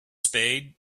spade